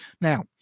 Now